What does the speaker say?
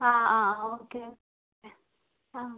ആ ആ okay okay ആ